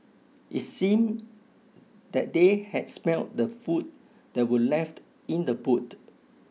it seemed that they had smelt the food that were left in the boot